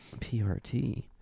PRT